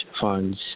funds